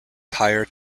tire